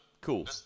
Cool